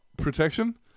protection